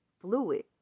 fluid